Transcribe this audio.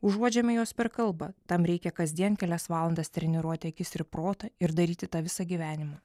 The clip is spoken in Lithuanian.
užuodžiame juos per kalbą tam reikia kasdien kelias valandas treniruoti akis ir protą ir daryti tą visą gyvenimą